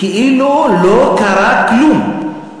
כאילו לא קרה כלום.